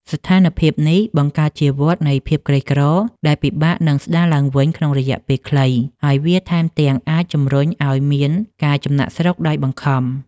ស្ថានភាពនេះបង្កើតជាវដ្តនៃភាពក្រីក្រដែលពិបាកនឹងស្តារឡើងវិញក្នុងរយៈពេលខ្លី ហើយវាថែមទាំងអាចជម្រុញឱ្យមានការចំណាកស្រុកដោយបង្ខំ។